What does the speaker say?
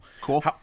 Cool